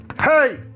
Hey